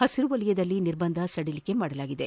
ಪಸಿರು ವಲಯದಲ್ಲಿ ನಿರ್ಬಂಧ ಸಡಿಲಿಕೆ ಮಾಡಲಾಗಿದೆ